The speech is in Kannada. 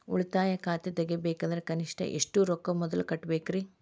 ಉಳಿತಾಯ ಖಾತೆ ತೆಗಿಬೇಕಂದ್ರ ಕನಿಷ್ಟ ಎಷ್ಟು ರೊಕ್ಕ ಮೊದಲ ಕಟ್ಟಬೇಕ್ರಿ?